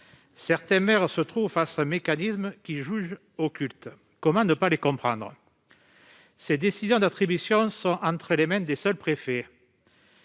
certains maires se trouvent face à un mécanisme qu'ils jugent occulte. Comment ne pas les comprendre ? Ces décisions d'attribution sont entre les mains des seuls préfets.